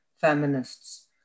feminists